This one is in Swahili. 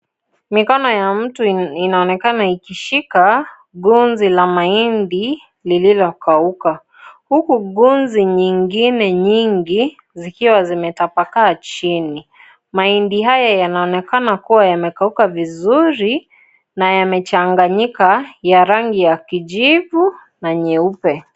Mikono ya mtu inaonekana ikishika gunzi la mahindi lililokauka huku gunzi nyingine nyingi zikiwa zimetapakaa chini. Mahindi haya yanaonekana kuwa yamekauka vizuri na yamechanganyika ya rangi ya kijivu na nyeupe.